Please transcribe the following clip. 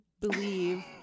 believe